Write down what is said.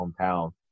hometown